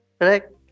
Correct